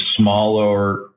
smaller